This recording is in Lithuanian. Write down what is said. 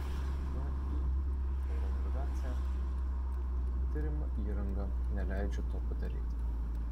vį oro navigacija turima įranga neleidžia to padaryti